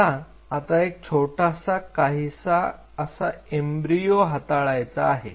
तुम्हाला आता एक छोटासा काहीसा असा एम्ब्रियो हाताळायचा आहे